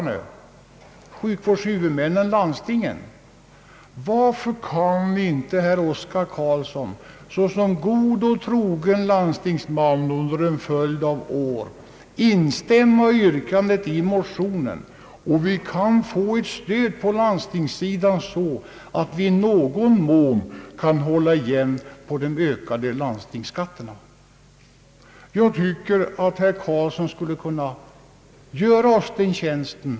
Jo, sjukvårdshuvudmännen, dvs. landstingen. Varför kan inte herr Oscar Carlsson, som under en följd av år verkat som en god och trogen landstingsman, instämma i motionsyrkandet och vi få ett stöd på landstingssidan, så att vi i någon mån kan hålla igen på den ökande landstingsskatten? Jag tycker att herr Carlsson skulle kunna göra oss den tjänsten.